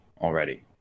already